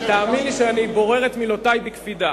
תאמין לי שאני בורר את מילותי בקפידה.